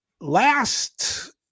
last